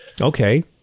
Okay